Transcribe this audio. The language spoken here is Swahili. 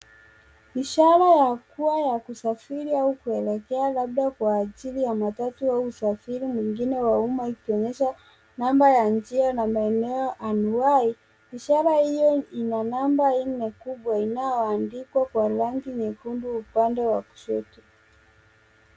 Ishara ya kuwa ya kusafiri au kuelekea labda kwa ajili ya matatu au usafiri mwingine wa Uma ikionyesha namba ya njia na maeneo anuwahi. Ishara hiyo ina namba nne kubwa inao andikwa kwa rangi nyekundu upande wa kushoto.